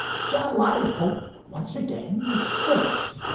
shall i hope once again, say't.